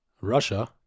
Russia